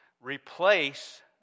replace